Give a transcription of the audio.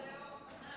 חוק הלאום החדש.